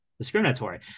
discriminatory